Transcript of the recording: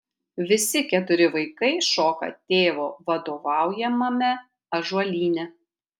visi keturi vaikai šoka tėvo vadovaujamame ąžuolyne